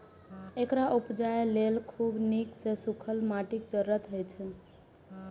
एकरा उपजाबय लेल खूब नीक सं सूखल माटिक जरूरत होइ छै